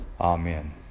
Amen